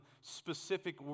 specific